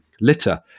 litter